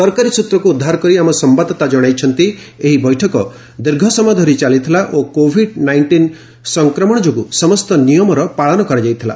ସରକାରୀ ସୂତ୍ରକୁ ଉଦ୍ଧାର କରି ଆମ ସମ୍ବାଦଦାତା ଜଣାଇଛନ୍ତି ଏହି ବୈଠକ ଦୀର୍ଘସମୟ ଧରି ଚାଲିଥିଲା ଓ କୋଭିଡ ନାଇଷ୍ଟିନ୍ ଯୋଗୁଁ ସମସ୍ତ ନିୟମର ପାଳନ କରାଯାଇଥିଲା